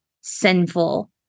sinful